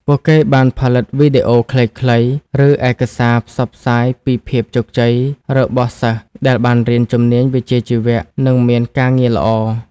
ពួកគេបានផលិតវីដេអូខ្លីៗ ឬឯកសារផ្សព្វផ្សាយពីភាពជោគជ័យរបស់សិស្សដែលបានរៀនជំនាញវិជ្ជាជីវៈ និងមានការងារល្អ។